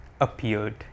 appeared